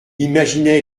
imaginait